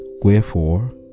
Wherefore